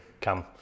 come